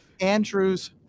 andrew's